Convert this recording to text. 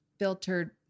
filtered